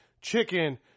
chicken